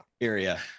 area